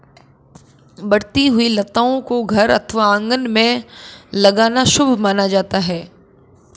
बढ़ती हुई लताओं को घर अथवा आंगन में लगाना शुभ माना जाता है